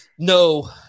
No